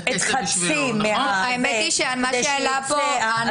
חצי כדי שיצא האדון ויקבל.